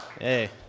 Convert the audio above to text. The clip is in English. Hey